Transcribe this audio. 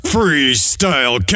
Freestyle